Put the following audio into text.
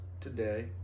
today